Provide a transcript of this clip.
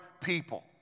people